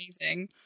amazing